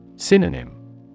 Synonym